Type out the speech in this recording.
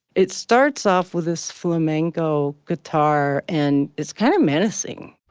it starts off with this flamenco guitar and it's kind of menacing